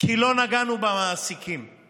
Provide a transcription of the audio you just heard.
כי לא נגענו בעצמאים.